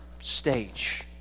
stage